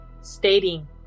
stating